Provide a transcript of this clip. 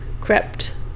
crept